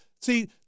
see